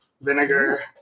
vinegar